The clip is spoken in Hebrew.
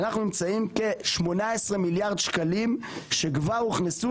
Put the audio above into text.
אנחנו נמצאים כ-18 מיליארד שקלים שכבר הוכנסו,